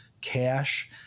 cash